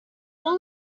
all